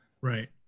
Right